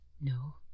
No